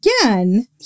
Again